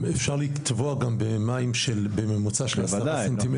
אפשר גם לטבוע במים של 10 ס"מ